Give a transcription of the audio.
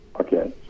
Okay